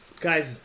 Guys